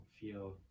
feel